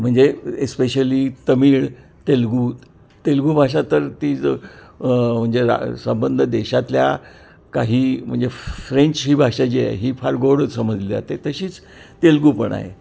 म्हणजे एस्पेशली तमिळ तेलगू तेलगू भाषा तर ती ज म्हणजे रा संबंध देशातल्या काही म्हणजे फ फ्रेंच ही भाषा जी आहे ही फार गोड समजली जाते तशीच तेलगू पण आहे